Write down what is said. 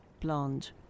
blonde